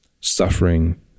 suffering